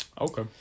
okay